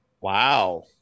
Wow